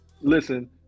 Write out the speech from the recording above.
Listen